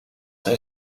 zij